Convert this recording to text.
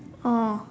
oh